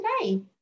today